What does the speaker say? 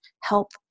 help